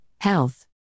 Health